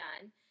done